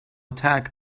attack